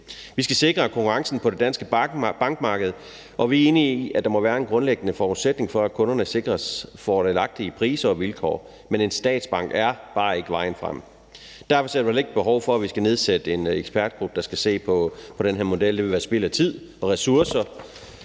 Vi skal sikre konkurrencen på det danske bankmarked, og vi er enige i, at der må være en grundlæggende forudsætning for, at kunderne sikres fordelagtige priser og vilkår, men en statsbank er bare ikke vejen frem. Derfor ser vi heller ikke et behov for, at der skal nedsættes en ekspertgruppe, der skal se på den her model. Det ville være spild af tid og ressourcer,